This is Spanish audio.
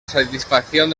satisfacción